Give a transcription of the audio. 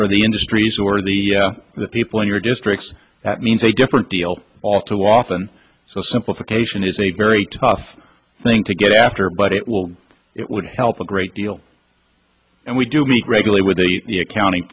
for the industries or the the people in your district that means a different deal all too often so simplification is a very tough thing to get after but it will it would help a great deal and we do meet regularly with the accounting